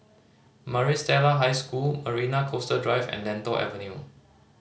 Maris Stella High School Marina Coastal Drive and Lentor Avenue